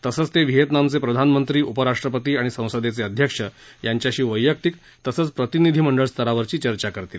तसंच ते व्हिएतनामचे प्रधानमंत्री उपराष्ट्रपती आणि संसदेचे अध्यक्ष यांच्याशी वैयक्तिक तसंच प्रतिनिधी मंडळ स्तरावरची चर्चा करतील